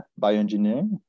bioengineering